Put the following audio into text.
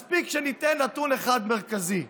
מספיק שניתן נתון אחד מרכזי: